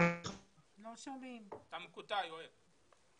לבטחון הפנים דסטה גדי יברקן: אתה מקוטע, יואל.